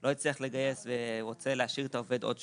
לא הצליח לגייס ורוצה להשאיר את העובד עוד שעות,